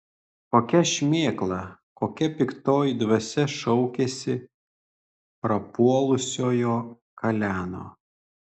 kokia šmėkla kokia piktoji dvasia šaukiasi prapuolusiojo kaleno